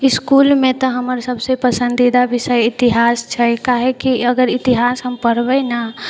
इसकुलमे तऽ हमर सबसँ पसन्दीदा विषय इतिहास छै कियाकि अगर इतिहास हम पढ़बै ने